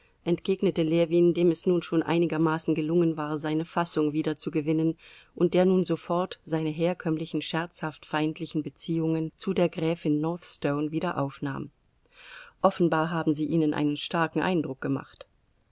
entgegnete ljewin dem es nun schon einigermaßen gelungen war seine fassung wiederzugewinnen und der nun sofort seine herkömmlichen scherzhaft feindlichen beziehungen zu der gräfin northstone wieder aufnahm offenbar haben sie ihnen einen starken eindruck gemacht